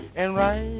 and